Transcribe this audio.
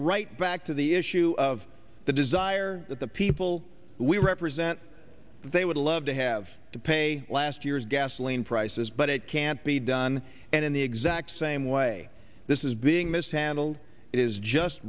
right back to the issue of the desire that the people we represent they would love to have to pay last year's gasoline prices but it can't be done and in the exact same way this is being mishandled it is just